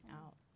out